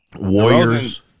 Warriors